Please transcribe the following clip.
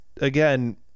again